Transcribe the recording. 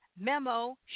memo